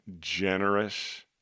generous